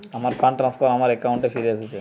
আমার fund transfer আমার অ্যাকাউন্টে ফিরে এসেছে